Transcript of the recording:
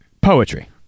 poetry